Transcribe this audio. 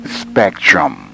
spectrum